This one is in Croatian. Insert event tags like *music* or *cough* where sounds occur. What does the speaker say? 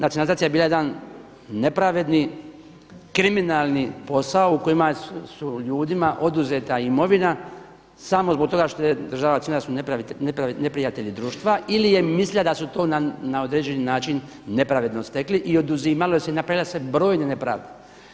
Nacionalizacija je bila jedan nepravedni kriminalni posao u kojima su ljudima oduzeta imovina samo zbog toga što je država … *unintelligible* su neprijatelji društva ili je mislio da su to na određeni način nepravedno stekli i oduzimalo se, napravile su se brojne nepravde.